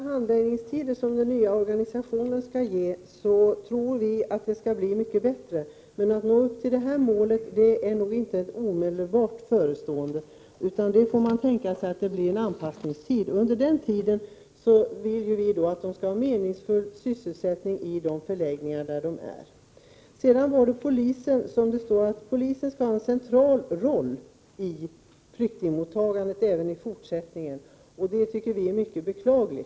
Herr talman! Vi tror att det skall bli mycket bättre i och med de förkortade 2 maj 1989 handläggningstider som den nya organisationen innebär. Men det är nog inte omedelbart förestående att vi når upp till målet, utan man får tänka sig att det blir en anpassningstid. Vi i miljöpartiet vill att flyktingarna under den tiden skall ha meningsfull sysselsättning i de förläggningar där de vistas. När det gäller polisens roll i utredningsarbetet menar utskottet att polisen även i fortsättningen skall ha en central roll i flyktingmottagandet. Det tycker vi är mycket beklagligt.